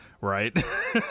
right